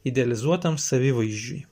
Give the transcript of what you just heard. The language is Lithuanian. idealizuotam savivaizdžiui